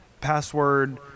password